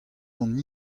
hon